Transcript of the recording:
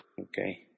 Okay